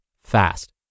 fast